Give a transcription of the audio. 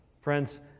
Friends